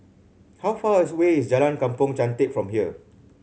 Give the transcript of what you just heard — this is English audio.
how far away is Jalan Kampong Chantek from here